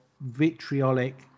vitriolic